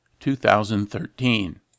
2013